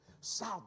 South